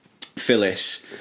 Phyllis